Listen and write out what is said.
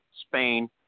Spain –